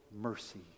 mercy